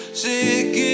Sick